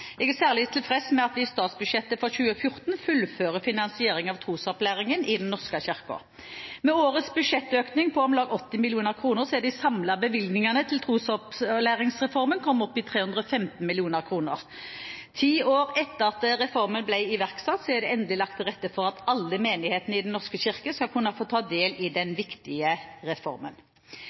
Jeg er særlig tilfreds med at vi i statsbudsjettet for 2014 fullfører finansieringen av trosopplæringsreformen i Den norske kirke. Med årets budsjettøkning på om lag 80 mill. kr er de samlede bevilgningene til trosopplæringsreformen kommet opp i 315 mill. kr. Ti år etter at reformen ble iverksatt, er det endelig lagt til rette for at alle menighetene i Den norske kirke skal kunne få ta del i denne viktige reformen.